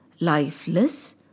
lifeless